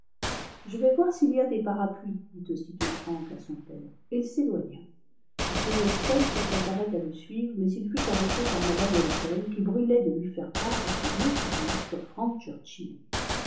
je vais voir s'il y a des parapluies dit aussitôt frank à son père et il s'éloigna m weston se préparait à le suivre mais il fut arrêté par mme elton qui brûlait de lui faire part de son opinion sur frank